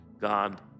God